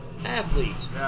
Athletes